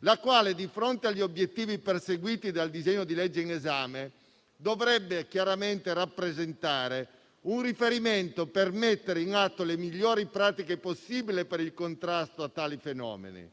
la quale, di fronte agli obiettivi perseguiti dal disegno di legge in esame, dovrebbe chiaramente rappresentare un riferimento per mettere in atto le migliori pratiche possibili per il contrasto a tali fenomeni.